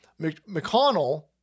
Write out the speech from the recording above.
McConnell